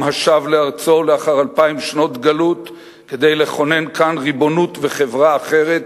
עם השב לארצו לאחר אלפיים שנות גלות כדי לכונן כאן ריבונות וחברה אחרת,